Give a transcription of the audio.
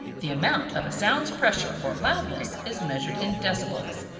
the amount of a sound's pressure or loudness is measured in decibels.